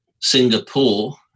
Singapore